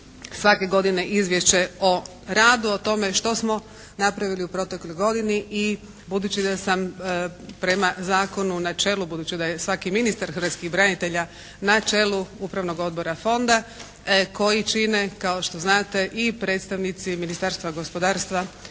svake godine izvješće o radu o tome što smo napravili u protekloj godini i budući da sam prema zakonu na čelu, budući da je svaki ministar hrvatskih branitelja na čelu Upravnog odbora fonda koji čine kao što znate i predstavnici Ministarstva gospodarstva,